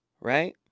right